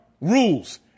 rules